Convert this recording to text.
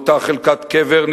באותה חלקת קבר,